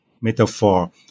metaphor